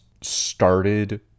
started